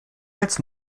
als